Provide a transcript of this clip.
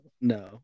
No